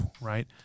right